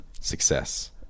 success